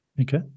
Okay